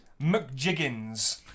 McJiggins